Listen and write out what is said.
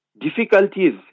difficulties